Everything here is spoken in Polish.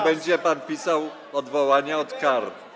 będzie pan pisał odwołania od kar.